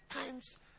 times